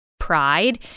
pride